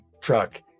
truck